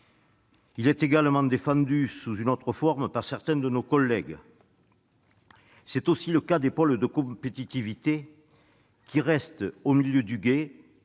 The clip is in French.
ailleurs également défendu, sous une autre forme, par certains de nos collègues. C'est aussi le cas s'agissant des pôles de compétitivité, qui restent au milieu du gué,